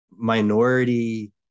minority